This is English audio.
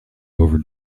over